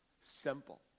Simple